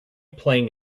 playing